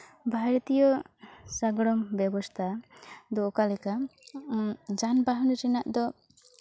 ᱵᱷᱟᱨᱚᱛᱤᱭᱚ ᱥᱟᱸᱜᱟᱲᱚᱢ ᱵᱮᱵᱚᱥᱛᱷᱟ ᱫᱚ ᱚᱠᱟ ᱞᱮᱠᱟ ᱡᱟᱱᱵᱟᱦᱚᱱ ᱨᱮᱱᱟᱜ ᱫᱚ